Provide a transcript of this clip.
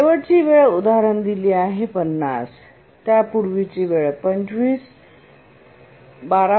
शेवटची वेळ उदाहरण दिली आहे 50 त्यापूर्वीची वेळ 25 12